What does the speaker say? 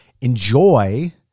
enjoy